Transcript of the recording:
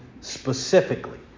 specifically